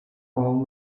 all